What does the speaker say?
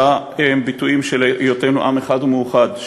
אותם ביטויים של היותנו עם אחד ומאוחד,